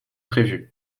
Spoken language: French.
prévue